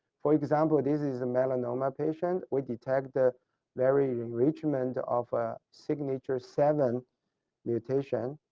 for example this is a melanoma patient we detect ah very enrichment of ah signature seven mutation.